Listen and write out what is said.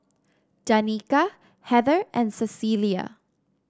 Danika Heather and Cecilia